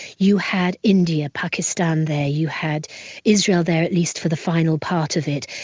you had india, pakistan, there, you had israel there at least for the final part of it,